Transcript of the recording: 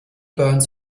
burns